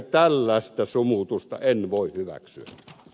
tällaista sumutusta en voi hyväksyä